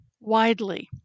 widely